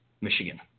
Michigan